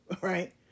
Right